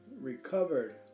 recovered